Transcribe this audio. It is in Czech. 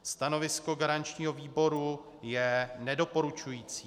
Stanovisko garančního výboru je nedoporučující.